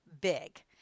big